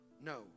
no